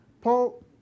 Paul